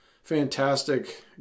fantastic